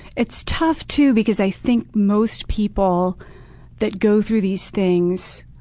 it's tough, too, because i think most people that go through these things